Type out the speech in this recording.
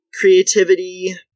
Creativity